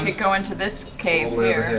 go into this cave here.